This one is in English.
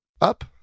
up